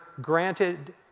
granted